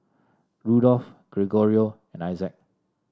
Rudolph Gregorio and Isaac